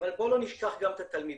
אבל בואו לא נשכח גם את התלמידים.